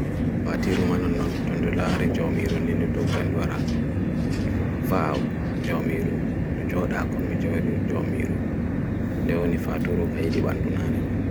Fatiru manon nontondolare jomiru nindu do gandwarak nundu faw jomiru, n undu jodakummi jomiru nundu nifaturu kayi dibandunane man.